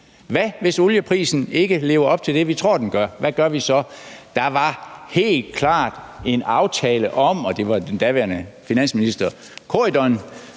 Hvad nu, hvis olieprisen ikke lever op til det, vi tror den gør – hvad gør vi så? Der var helt klart en aftale. Det var den daværende finansminister Corydon,